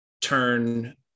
turn